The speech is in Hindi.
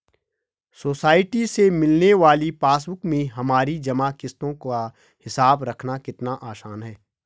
सोसाइटी से मिलने वाली पासबुक में हमारी जमा किश्तों का हिसाब रखना कितना आसान है